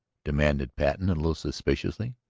demanded patten a little suspiciously.